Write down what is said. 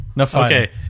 Okay